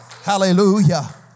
Hallelujah